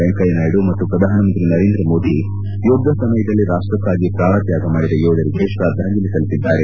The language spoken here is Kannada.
ವೆಂಕಯ್ಯ ನಾಯ್ದು ಮತ್ತು ಪ್ರಧಾನಮಂತ್ರಿ ನರೇಂದ್ರ ಮೋದಿ ಯುದ್ದ ಸಮಯದಲ್ಲಿ ರಾಷ್ಟಕ್ಕಾಗಿ ಪ್ರಾಣತ್ವಾಗ ಮಾಡಿದ ಯೋಧರಿಗೆ ಶ್ರದ್ದಾಂಜಲಿ ಸಲ್ಲಿಸಿದ್ದಾರೆ